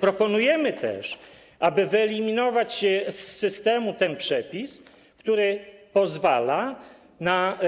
Proponujemy też, aby wyeliminować z systemu przepis, który pozwala na